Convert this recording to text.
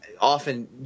often